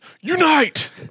unite